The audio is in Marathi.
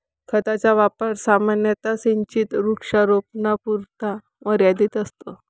खताचा वापर सामान्यतः सिंचित वृक्षारोपणापुरता मर्यादित असतो